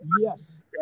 yes